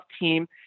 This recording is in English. team